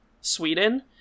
Sweden